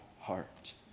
heart